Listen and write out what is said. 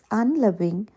unloving